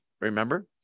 remember